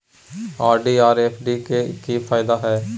RD आर FD के की फायदा हय?